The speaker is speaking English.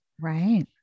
Right